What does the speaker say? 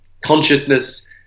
consciousness